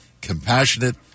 compassionate